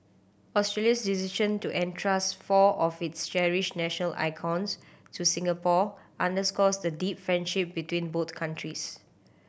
Australia's decision to entrust four of its cherished national icons to Singapore underscores the deep friendship between both countries